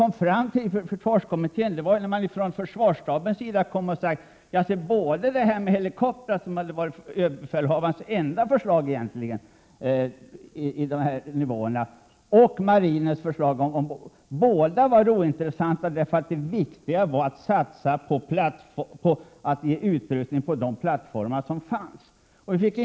Men under försvarskommitténs slutskede sade försvarsstaben att både förslaget om helikoptrar, som hade varit överbefälhavarens enda förslag på de här nivåerna, och marinens förslag om fler fartyg var mindre angelägna än att satsa på utrustning på de plattformar som redan fanns.